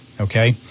okay